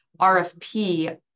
RFP